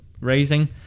raising